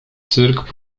cyrk